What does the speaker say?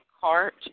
cart